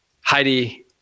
Heidi